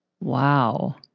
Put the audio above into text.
Wow